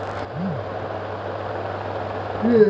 जनावरांमधील रोग व लक्षणे यांची माहिती संबंधित तज्ज्ञांकडून घ्यावी